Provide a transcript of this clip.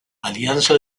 alianza